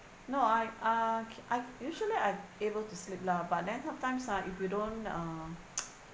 no I uh ca~ I usually I able to sleep lah but then sometimes ah if you don't uh